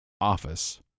Office